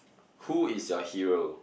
who is your hero